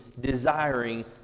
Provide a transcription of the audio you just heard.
desiring